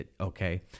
Okay